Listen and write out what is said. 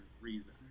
reason